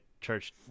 church